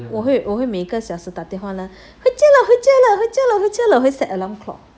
我会我会每个小时打电话啦回家了回家了回家了回家了会 set alarm clock